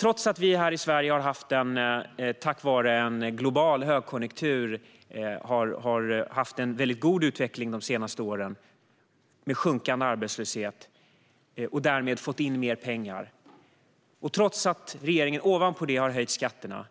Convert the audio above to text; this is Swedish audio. Trots att Sverige tack vare en global högkonjunktur har haft en god utveckling med sjunkande arbetslöshet de senaste åren och därmed fått in mer pengar och trots att regeringen ovanpå det har höjt skatterna